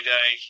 Day